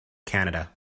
canada